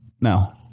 No